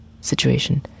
situation